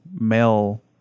male